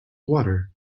water